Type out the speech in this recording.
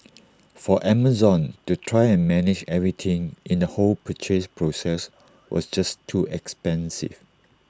for Amazon to try and manage everything in the whole purchase process was just too expensive